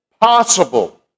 possible